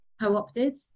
co-opted